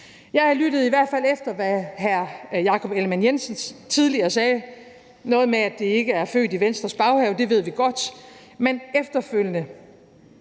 Jeg lyttede i hvert fald, da hr. Jakob Ellemann-Jensen tidligere sagde noget med, at det ikke er født i Venstres baghave, og det ved vi godt, men efterfølgende